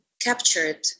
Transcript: captured